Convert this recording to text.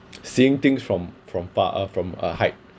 seeing things from from far of from a height